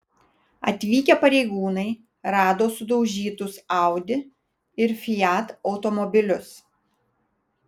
atvykę pareigūnai rado sudaužytus audi ir fiat automobilius